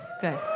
Good